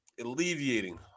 alleviating